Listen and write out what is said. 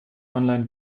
online